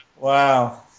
Wow